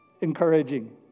encouraging